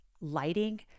lighting